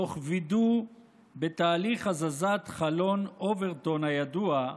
תוך וידוא בתהליך הזזת חלון אוברטון הידוע,